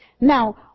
Now